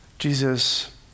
Jesus